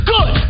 Good